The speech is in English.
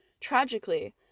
Tragically